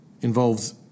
involves